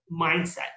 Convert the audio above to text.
mindset